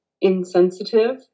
insensitive